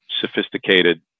sophisticated